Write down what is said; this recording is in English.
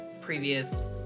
previous